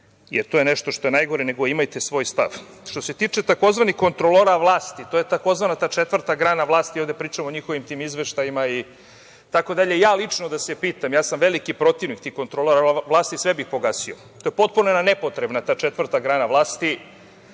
jer to je nešto što je najgore, nego imajte svoj stav. Što se tiče tzv. kontrolora vlasti, a to je tzv. ta četvrta grana vlasti, ovde pričamo o njihovim tim izveštajima itd, ja lično da se pitam, ja sam veliki protivnik tih kontrolora vlasti, sve bih ih pogasio. To je potpuno jedna nepotrebna ta četvrta grana vlastiUvedena